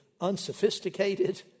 unsophisticated